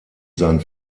sein